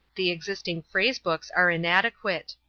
the existing phrase-books are inadequate.